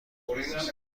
کنید